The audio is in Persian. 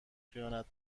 خیانت